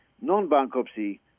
non-bankruptcy